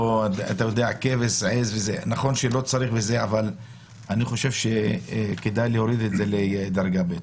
אני חושב שכדאי להוריד את זה לדרגה ב'.